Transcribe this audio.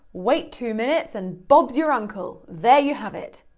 wait two minutes, and bob's your uncle. there you have it.